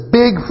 big